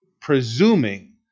presuming